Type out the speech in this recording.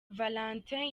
valentin